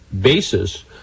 basis